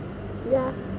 ya